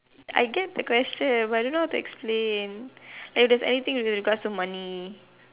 I get the question but I don't know how to explain like if there's anything to do with regards to money